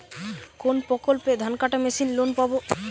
কোন প্রকল্পে ধানকাটা মেশিনের লোন পাব?